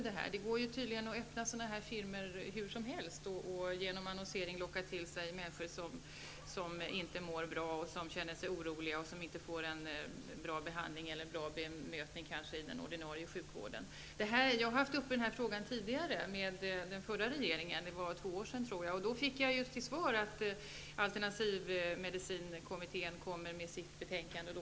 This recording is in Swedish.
Det går tydligen att starta sådana här firmor hur som helst och genom annonser locka till sig människor, som inte mår bra, som känner sig oroliga och som inte anser sig riktigt bemötta i den ordinarie sjukvården. Jag diskuterade för två år sedan denna fråga med den föregående regeringen. Då fick jag till svar att man skulle se på detta igen när alternativmedicinkommittén hade kommit med sitt betänkande.